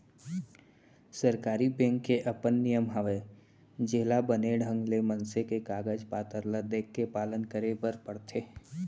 सरकारी बेंक के अपन नियम हवय जेला बने ढंग ले मनसे के कागज पातर ल देखके पालन करे बरे बर परथे